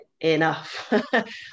enough